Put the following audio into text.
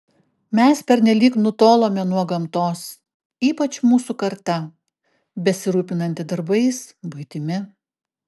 mes pernelyg nutolome nuo gamtos ypač mūsų karta besirūpinanti darbais buitimi